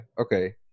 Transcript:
Okay